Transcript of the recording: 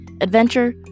adventure